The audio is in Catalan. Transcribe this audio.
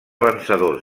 vencedors